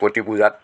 প্ৰতি পূজাত